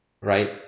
right